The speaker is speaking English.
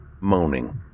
moaning